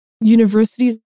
universities